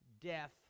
death